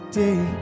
day